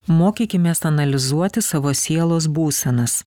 mokykimės analizuoti savo sielos būsenas